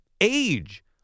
age